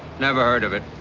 never heard of it.